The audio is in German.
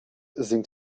singt